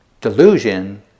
Delusion